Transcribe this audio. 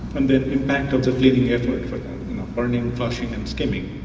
and the impact of the cleaning effort for burning, flushing, and skimming.